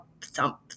thump